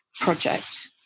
project